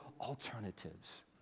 alternatives